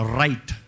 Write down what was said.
right